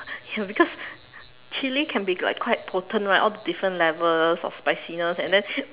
ya because chili can be quite potent right all the different levels of spiciness and then